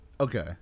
Okay